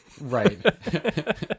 Right